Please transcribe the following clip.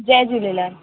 Jay Jhulelal